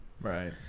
Right